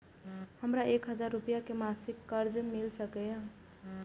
हमरा एक हजार रुपया के मासिक कर्ज मिल सकिय?